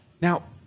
Now